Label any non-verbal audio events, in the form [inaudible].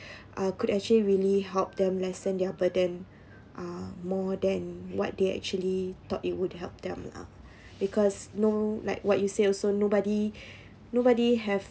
[breath] uh could actually really help them lessen their burden uh more than what they actually thought it would help them lah because no like what you said also nobody [breath] nobody have